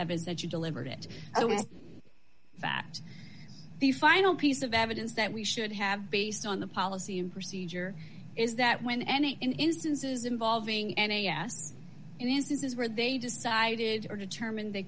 evidence that you delivered it it was fact the final piece of evidence that we should have based on the policy and procedure is that when any instances involving n a s in instances where they decided or determined they